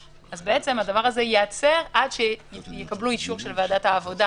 אז בעצם הדבר הזה ייעצר עד שיקבלו אישור של ועדת העבודה.